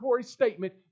statement